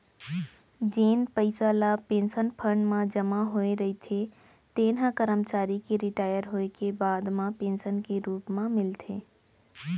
जेन पइसा ल पेंसन फंड म जमा होए रहिथे तेन ह करमचारी के रिटायर होए के बाद म पेंसन के रूप म मिलथे